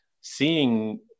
seeing